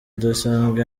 idasanzwe